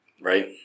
Right